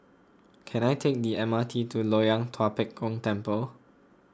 can I take the M R T to Loyang Tua Pek Kong Temple